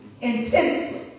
intensely